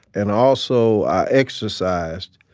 and also, i exercised.